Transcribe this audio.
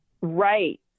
right